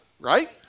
right